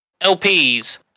LPs